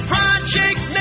Project